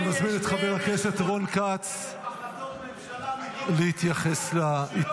אני מזמין את חבר הכנסת רון כץ להתייחס להתנגדות.